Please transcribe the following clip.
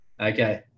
Okay